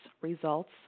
results